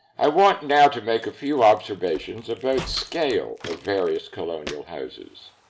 i want now to make a few observations about scale of various colonial houses.